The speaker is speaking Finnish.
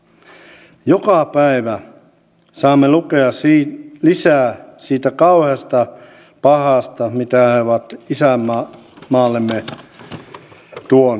joka päivä saamme lukea lisää sitä kauheasta pahasta mitä he ovat isänmaallemme tuoneet